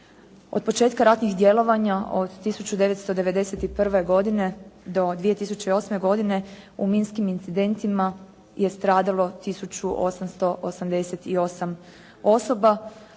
od početka ratnih djelovanja od 1991. godine do 2008. godine u minskim incidentima je stradalo 1888 osoba